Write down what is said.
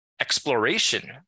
exploration